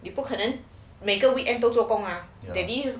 你不可能每个 weekend 都做工 mah daddy